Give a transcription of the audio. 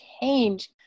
change